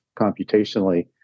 computationally